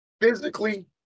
physically